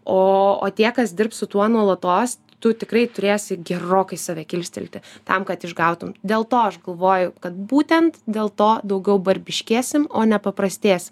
o o tie kas dirbs su tuo nuolatos tu tikrai turėsi gerokai save kilstelti tam kad išgautum dėl to aš galvoju kad būtent dėl to daugiau barbiškėsim o ne paprastėsim